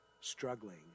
struggling